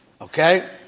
Okay